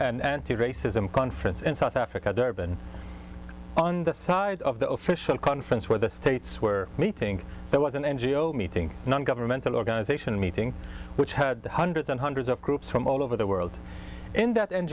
un and to racism conference in south africa durban on the side of the official conference where the states were meeting there was an ngo meeting non governmental organization meeting which had hundreds and hundreds of groups from all over the world in that